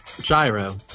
Gyro